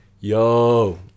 yo